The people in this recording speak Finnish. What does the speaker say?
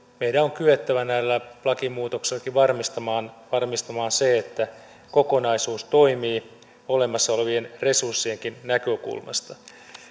meidän on kyettävä näillä lakimuutoksillakin varmistamaan varmistamaan se että kokonaisuus toimii olemassa olevien resurssienkin näkökulmasta